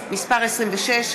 דואר זבל),